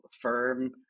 firm